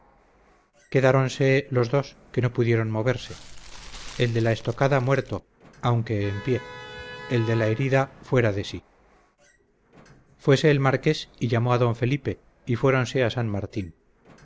cabeza quedaronse los dos que no pudieron moverse el de la estocada muerto aunque en pie el de la herida fuera de sí fuese el marqués y llamó a d felipe y fueronse a san martín